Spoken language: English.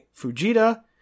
Fujita